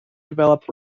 develop